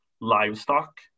livestock